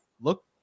look